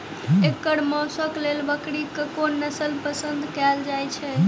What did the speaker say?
एकर मौशक लेल बकरीक कोन नसल पसंद कैल जाइ छै?